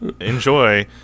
enjoy